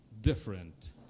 different